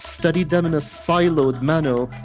study them in a siloed manner,